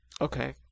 Okay